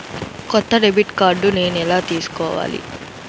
కొత్త debit card నేను ఎలా తీసుకోవాలి?